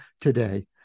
today